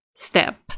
Step